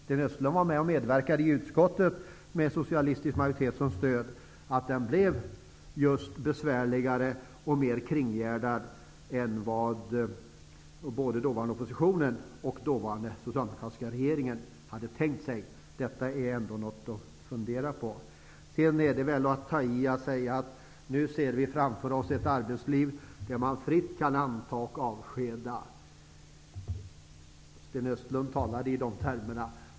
Sten Östlund medverkade i utskottet, med en socialistisk majoritet som stöd, till att den just blev besvärligare och mer kringgärdad än vad både den dåvarande oppositionen och den dåvarande socialdemokratiska regeringen hade tänkt sig. Detta är ändå något att fundera på. Det är väl att ta i att säga att vi nu ser framför oss ett arbetsliv där man fritt kan anta och avskeda. Sten Östlund talade i de termerna.